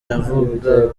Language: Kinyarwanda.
navuga